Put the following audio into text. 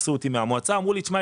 תפסו אותי מהמועצה ואמרו לי: תשמע,